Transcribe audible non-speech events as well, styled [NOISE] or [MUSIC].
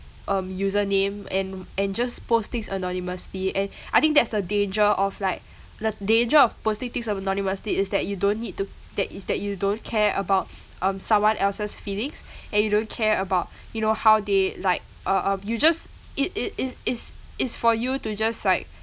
um username and and just post things anonymously and [BREATH] I think that's the danger of like the danger of posting things anonymously is that you don't need to that is that you don't care about um someone else's feelings [BREATH] and you don't care about you know how they like uh um you just it it is it's it's for you to just like